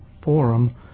forum